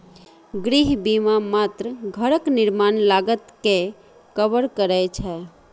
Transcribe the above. गृह बीमा मात्र घरक निर्माण लागत कें कवर करै छै